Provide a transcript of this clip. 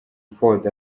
ford